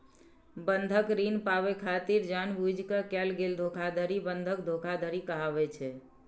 बंधक ऋण पाबै खातिर जानि बूझि कें कैल गेल धोखाधड़ी बंधक धोखाधड़ी कहाबै छै